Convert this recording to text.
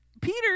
Peter